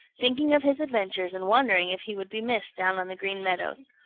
thinking of his adventures and wondering if he would be missed down on the green meadows.